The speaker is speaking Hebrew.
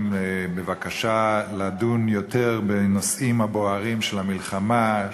על הבקשה לדון יותר בנושאים הבוערים של המלחמה,